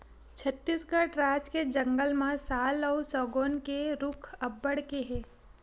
छत्तीसगढ़ राज के जंगल म साल अउ सगौन के रूख अब्बड़ के हे